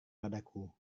padaku